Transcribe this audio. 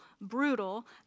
brutal